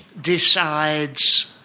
decides